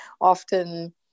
often